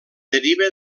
deriva